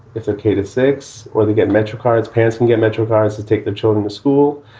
it's located six or they get metrocards pants and get metrocards to take their children to school.